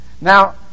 Now